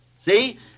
See